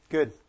Good